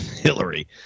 Hillary